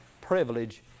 privilege